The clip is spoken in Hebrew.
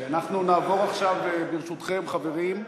עכשיו, ברשותכם, חברים,